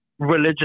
Religious